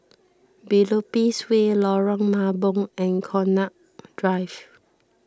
Biopolis Way Lorong Mambong and Connaught Drive